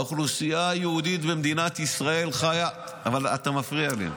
האוכלוסייה היהודית במדינת ישראל חיה ------ אבל אתה מפריע לי.